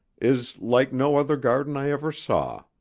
is like no other garden i ever saw.